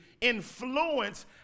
influence